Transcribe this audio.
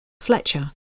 Fletcher